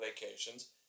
vacations